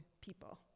people